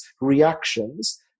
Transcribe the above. reactions